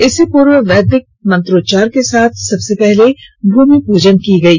इससे पूर्व वैदिक मंत्रोचार के साथ सबसे पहले भूमि पूजा की गयी